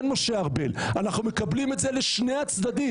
כן, משה ארבל, אנחנו מקבלים את זה לשני הצדדים.